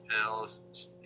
pills